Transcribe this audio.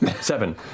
Seven